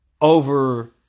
over